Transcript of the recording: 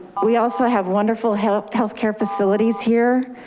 we also have wonderful health healthcare facilities here,